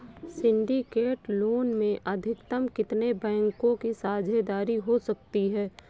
Syndicate loan में अधिकतम कितने बैंकों की साझेदारी हो सकती है?